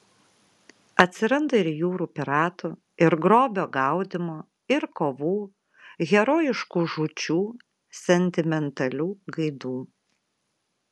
atsiranda ir jūrų piratų ir grobio gaudymo ir kovų herojiškų žūčių sentimentalių gaidų